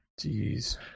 Jeez